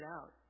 out